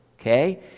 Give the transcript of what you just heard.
okay